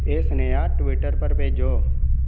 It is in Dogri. एह् सनेहा टवीटर पर भेजो